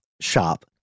shop